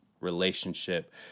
relationship